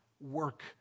work